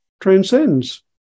transcends